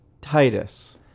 Titus